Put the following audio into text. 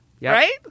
right